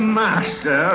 master